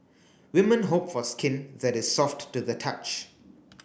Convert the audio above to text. women hope for skin that is soft to the touch